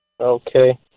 Okay